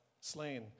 slain